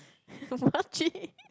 muachee